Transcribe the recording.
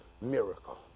miracle